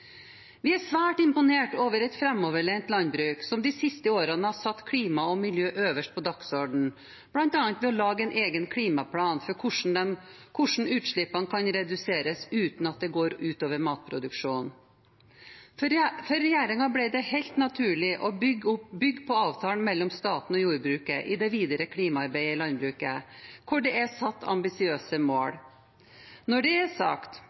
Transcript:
Vi er svært imponert over et framoverlent landbruk som de siste årene har satt klima og miljø øverst på dagsordenen bl.a. ved å lage en egen klimaplan for hvordan utslippene kan reduseres uten at det går ut over matproduksjonen. For regjeringen ble det helt naturlig å bygge på avtalen mellom staten og jordbruket i det videre klimaarbeidet i landbruket, hvor det er satt ambisiøse mål. Når det er sagt: